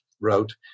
wrote